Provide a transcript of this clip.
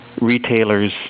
retailers